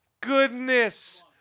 goodness